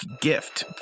gift